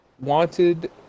wanted